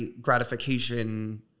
gratification